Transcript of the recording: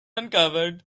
uncovered